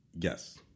Yes